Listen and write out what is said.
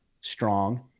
strong